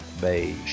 beige